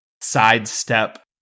sidestep